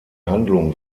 handlung